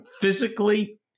physically